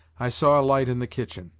i saw a light in the kitchen.